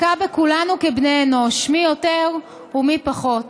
מכה בכולנו כבני אנוש, מי יותר ומי פחות,